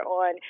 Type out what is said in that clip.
on